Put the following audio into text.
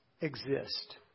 exist